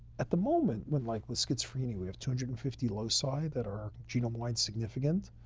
at the moment, when like with schizophrenia, we have two hundred and fifty loci that are our genome-wide significant.